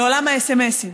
לעולם הסמ"סים.